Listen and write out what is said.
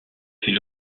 fait